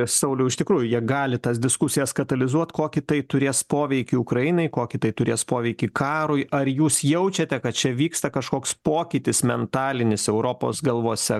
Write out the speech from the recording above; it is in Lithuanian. sauliau iš tikrųjų jie gali tas diskusijas katalizuot kokį tai turės poveikį ukrainai kokį tai turės poveikį karui ar jūs jaučiate kad čia vyksta kažkoks pokytis mentalinis europos galvose